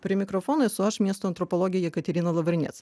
prie mikrofono esu aš miesto antropologė jekaterina lavrinec